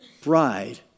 bride